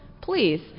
please